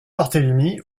barthélémy